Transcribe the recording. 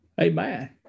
Amen